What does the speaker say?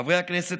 חברי הכנסת,